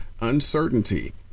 uncertainty